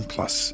Plus